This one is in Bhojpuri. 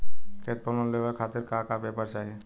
खेत पर लोन लेवल खातिर का का पेपर चाही?